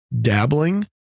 dabbling